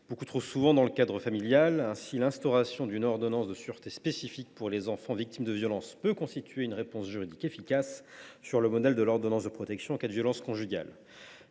beaucoup trop souvent dans le cadre familial. Ainsi, l’instauration d’une ordonnance de sûreté spécifique aux enfants victimes de violences peut constituer une réponse juridique efficace, sur le modèle de l’ordonnance de protection en cas de violences conjugales.